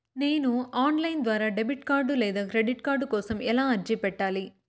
నేను online ద్వారా debit card లేదా క్రెడిట్ కార్డు కోసం ఎలా అర్జీ పెట్టాలి?